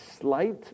slight